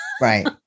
Right